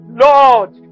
Lord